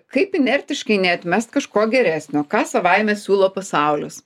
kaip inertiškai neatmest kažko geresnio ką savaime siūlo pasaulis